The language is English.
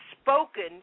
spoken